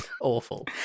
awful